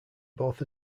both